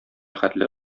хәтле